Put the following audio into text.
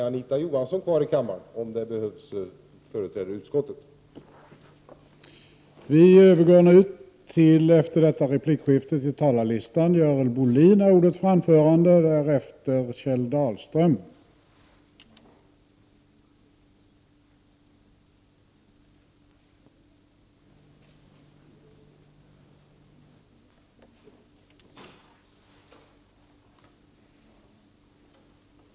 Anita Johansson kommer därför att företräda utskottet, om det behövs.